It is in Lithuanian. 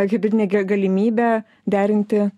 hibridinė galimybė derinti